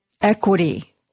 equity